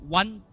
one